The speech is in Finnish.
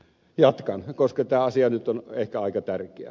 jatkan koska tämä asia nyt on ehkä aika tärkeä